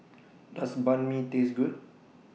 Does Banh MI Taste Good